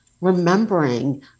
remembering